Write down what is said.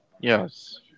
Yes